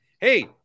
Hey